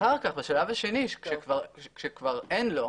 אחר כך, בשלב השני, כשכבר אין לו,